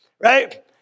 right